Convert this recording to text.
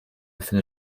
finde